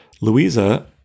Louisa